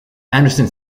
anderson